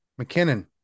McKinnon